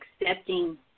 accepting